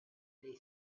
they